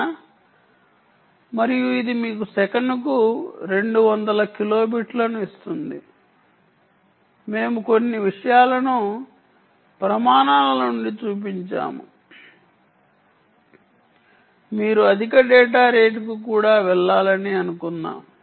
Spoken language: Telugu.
స్లైడ్ సమయం చూడండి 5315 మేము ఇది మీకు సెకనుకు 200 కిలోబిట్లను ఇస్తుంది మరియు మేము కొన్ని విషయాలను ప్రమాణాల నుండి చూపించాము మీరు అధిక డేటా రేటుకు కూడా వెళ్లాలని అనుకుందాం